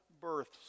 births